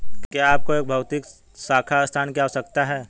क्या आपको एक भौतिक शाखा स्थान की आवश्यकता है?